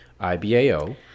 IBAO